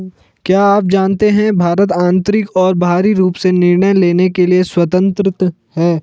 क्या आप जानते है भारत आन्तरिक और बाहरी रूप से निर्णय लेने के लिए स्वतन्त्र है?